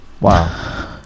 Wow